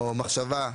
או מחשבה,